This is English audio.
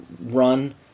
run